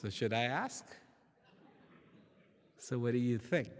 so should i ask so where do you think